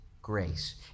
grace